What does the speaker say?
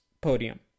podium